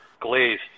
glaze